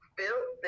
built